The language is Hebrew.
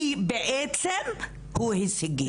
כי בעצם הוא הישגי.